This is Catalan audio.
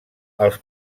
els